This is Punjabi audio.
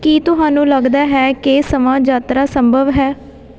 ਕੀ ਤੁਹਾਨੂੰ ਲੱਗਦਾ ਹੈ ਕਿ ਸਮਾਂ ਯਾਤਰਾ ਸੰਭਵ ਹੈ